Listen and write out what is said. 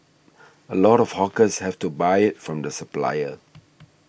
a lot of hawkers have to buy it from the supplier